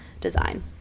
design